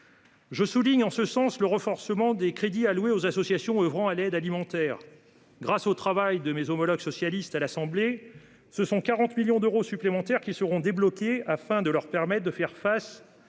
souligner le renforcement des crédits alloués aux associations oeuvrant à l'aide alimentaire. Grâce au travail de mes homologues socialistes à l'Assemblée nationale, 40 millions d'euros supplémentaires seront débloqués afin de permettre à ces